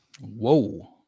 Whoa